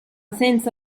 senza